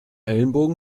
ellbogen